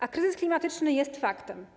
A kryzys klimatyczny jest faktem.